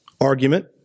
argument